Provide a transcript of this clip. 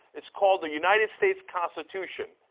it's called the united states constitution.